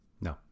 No